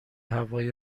هوای